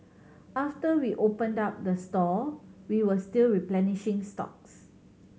after we opened up the store we were still replenishing stocks